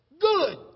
Good